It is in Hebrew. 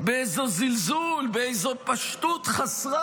חברת הכנסת